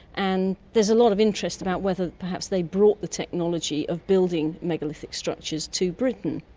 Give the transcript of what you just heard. and there's a lot of interest about whether perhaps they brought the technology of building megalithic structures to britain.